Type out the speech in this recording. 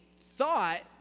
thought